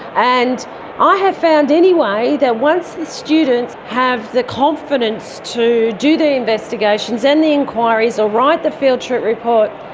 and i ah have found anyway that once the students have the confidence to do the investigations and the enquiries or write the field trip report,